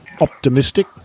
optimistic